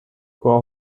گاه